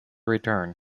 return